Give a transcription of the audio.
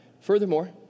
Furthermore